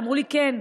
אמרו לי: כן,